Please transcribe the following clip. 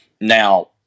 Now